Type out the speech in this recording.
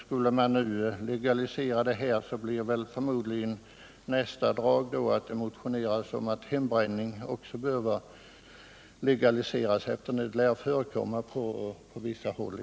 Skuile man nu legalisera det s.k. maskrosvinet blir förmodligen niista drag att det motioneras om att hembränning också bör legaliseras.